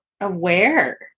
aware